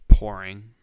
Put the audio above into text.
pouring